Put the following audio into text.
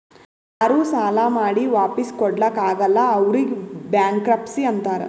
ಯಾರೂ ಸಾಲಾ ಮಾಡಿ ವಾಪಿಸ್ ಕೊಡ್ಲಾಕ್ ಆಗಲ್ಲ ಅವ್ರಿಗ್ ಬ್ಯಾಂಕ್ರಪ್ಸಿ ಅಂತಾರ್